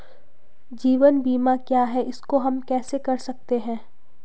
जीवन बीमा क्या है इसको हम कैसे कर सकते हैं?